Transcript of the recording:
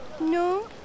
No